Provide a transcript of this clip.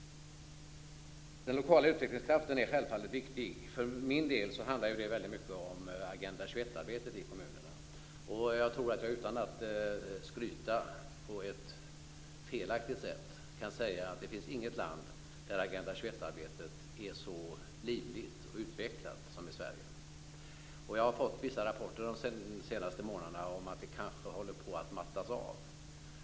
Den lokala utvecklingskraften är självfallet viktig. För min del handlar det väldigt mycket om Agenda 21-arbetet i kommunerna. Jag tror att jag utan att skryta på ett felaktigt sätt kan säga att det inte finns något land där Agenda 21-arbetet är så livligt och utvecklat som i Sverige. Jag har de senaste månaderna fått vissa rapporter om att det kanske håller på att mattas av.